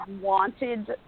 wanted